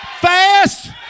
fast